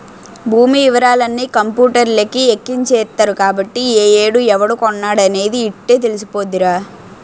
భూమి యివరాలన్నీ కంపూటర్లకి ఎక్కించేత్తరు కాబట్టి ఏ ఏడు ఎవడు కొన్నాడనేది యిట్టే తెలిసిపోద్దిరా